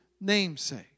namesake